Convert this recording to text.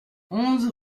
onze